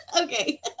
okay